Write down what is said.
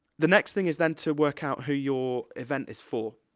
the next thing is, then, to work out who your event is for.